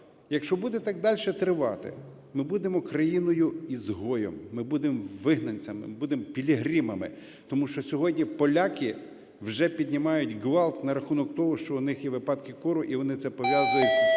Якщо буде так дальше тривати, ми будемо країною-ізгоєм, ми будемо вигнанцями, ми будемо пілігримами. Тому що сьогодні поляки вже піднімають ґвалт на рахунок того, що у них є випадки кору, і вони це пов'язують